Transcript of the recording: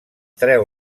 treu